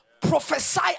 prophesy